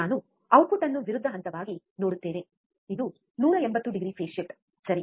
ನಾವು ಔಟ್ಪುಟ್ ಅನ್ನು ವಿರುದ್ಧ ಹಂತವಾಗಿ ನೋಡುತ್ತೇವೆ ಇದು 180 ಡಿಗ್ರಿ ಫೇಸ್ ಶಿಫ್ಟ್ ಸರಿ